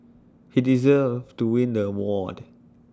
he deserved to win the award